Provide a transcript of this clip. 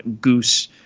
goose